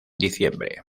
diciembre